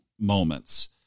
moments